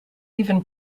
even